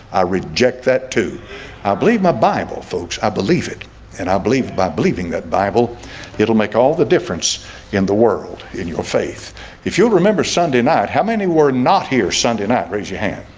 i reject that too i believe my bible folks, i believe it and i believe by believing that bible it'll make all the difference in the world in your faith if you'll remember sunday night how many were not here sunday night raise your hand?